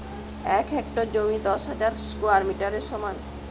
এক হেক্টর জমি দশ হাজার স্কোয়ার মিটারের সমান